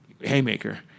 Haymaker